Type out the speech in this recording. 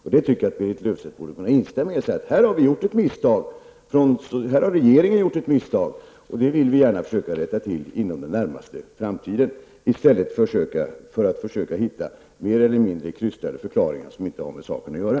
Jag tycker att Berit Löfstedt borde kunna instämma i det och säga att regeringen här har gjort ett misstag och att det skall rättas till inom den närmaste framtiden. I stället försöker hon hitta mer eller mindre krystade förklaringar som inte har med saken att göra.